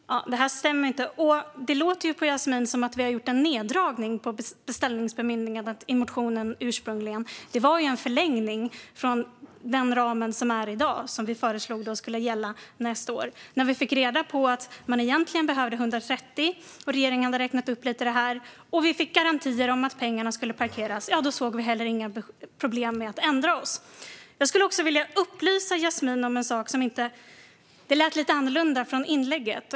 Fru talman! Det stämmer inte. Det låter på Yasmine Posio som att vi ursprungligen har gjort en neddragning på beställningsbemyndigandet i motionen. Men det var en förlängning från den ram som finns i dag och som vi föreslog skulle gälla nästa år. När vi fick reda på att man egentligen behövde 103 miljarder och att regeringen hade räknat upp detta och när vi fick garantier för att pengarna skulle parkeras såg vi inte heller några problem med att ändra oss. Jag hörde något som lät lite annorlunda än i inlägget.